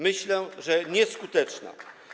Myślę, że nieskuteczna.